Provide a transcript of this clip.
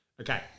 Okay